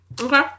Okay